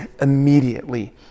immediately